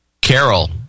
Carol